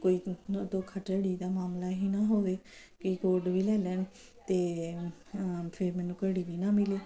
ਕੋਈ ਧੋਖਾ ਧੜੀ ਦਾ ਮਾਮਲਾ ਹੀ ਨਾ ਹੋਵੇ ਕਿ ਕੋਡ ਵੀ ਲੈ ਲੈਣ ਅਤੇ ਫਿਰ ਮੈਨੂੰ ਘੜੀ ਵੀ ਨਾ ਮਿਲੇ